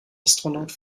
astronaut